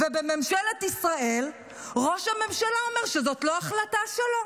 ובממשלת ישראל ראש הממשלה אומר שזאת לא החלטה שלו.